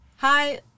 Hi